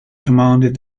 commanded